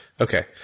Okay